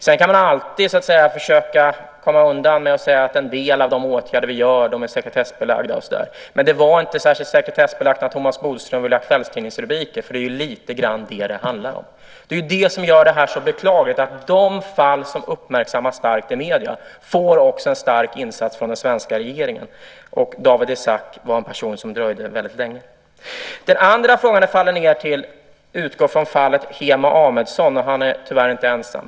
Sedan kan man alltid försöka komma undan med att säga att en del av de åtgärder som vi vidtar är sekretessbelagda och så vidare. Men det var inte särskilt sekretessbelagt att Thomas Bodström ville ha kvällstidningsrubriker. Det är lite grann det detta handlar om. Det är det som gör det här så beklagligt. De fall som uppmärksammas starkt i medierna får också en stark insats från den svenska regeringen. Men för Dawit Isaak dröjde den väldigt länge. Den andra frågan utgår från fallet Hemo Amedsson - han är tyvärr inte ensam.